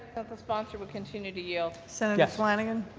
the sponsor would continue to yield. senator flanagan.